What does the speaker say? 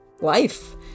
life